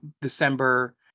December